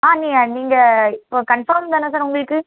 ஆ நீங்கள் நீங்கள் இப்போ கன்ஃபார்ம் தானே சார் உங்களுக்கு